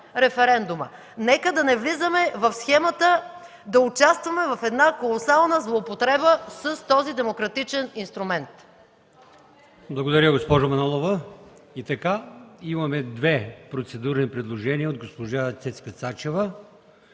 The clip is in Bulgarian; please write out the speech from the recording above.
Нека да не влизаме в схемата да участваме в една колосална злоупотреба с този демократичен инструмент.